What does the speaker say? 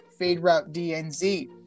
FadeRouteDNZ